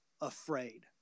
afraid